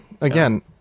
again